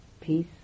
peace